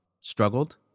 struggled